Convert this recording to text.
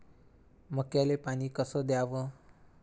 मक्याले पानी कस द्याव?